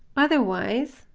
otherwise,